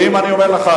ואם אני אומר לך,